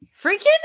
Freaking